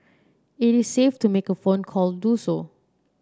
it is safe to make a phone call do so